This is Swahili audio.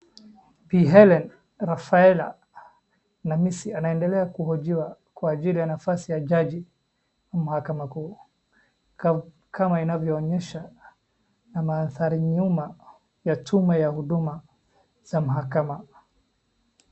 Bi. Helene Rafaela Namisi anarndelea kuhojiwa kwa ajili ya nafasi ya jaji wa mahakama kuu kama inavyo onyesha na mandhari nyuma ya tuma ya huduma za mahakama .